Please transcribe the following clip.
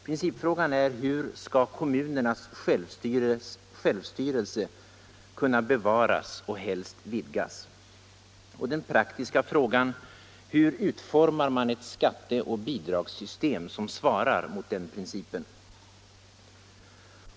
Principfrågan är: Hur skall kommunernas självstyrelse kunna bevaras och helst vidgas? Den praktiska frågan blir då: Hur utformar man ett skatteoch bidragssystem som svarar mot den principen?